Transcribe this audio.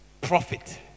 profit